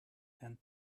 and